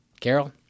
Carol